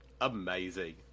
Amazing